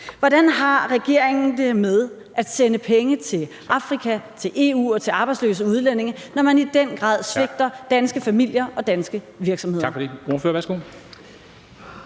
Hvordan har regeringen det med at sende penge til Afrika, til EU og til arbejdsløse udlændinge, når man i den grad svigter danske familier og danske virksomheder?